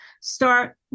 start